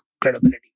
credibility